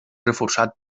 reforçat